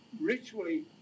ritually